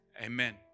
Amen